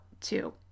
two